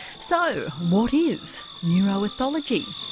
so, what is neuroethology?